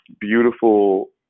beautiful